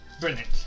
Brilliant